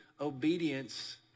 obedience